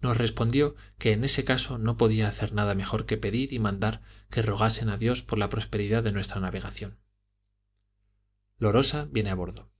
nos respondió que en ese caso no podía hacer nada mejor que pedir y mandar que rogasen a dios por la prosperidad de nuestra navegación lorosa viene a bordo